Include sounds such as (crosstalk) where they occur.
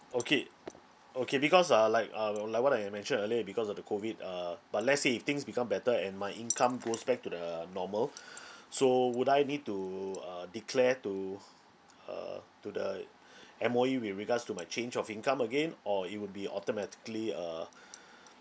okay okay because uh like uh uh like what I have mentioned earlier because of the COVID uh but let's say if things become better and my income goes back to the normal (breath) so would I need to uh declare to uh to the M_O_E with regards to my change of income again or it would be automatically uh (breath)